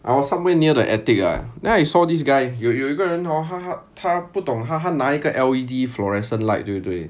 I was somewhere near the attic ah then I saw this guy 有有一个人 hor 他他他不懂他他那一个 L_E_D fluorescent light 对不对